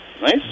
Nice